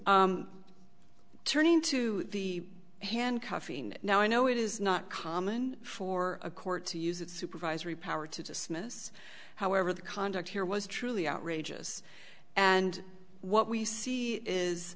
turning to the handcuffing now i know it is not common for a court to use its supervisory power to dismiss however the conduct here was truly outrageous and what we see is